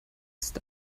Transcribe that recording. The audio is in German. ist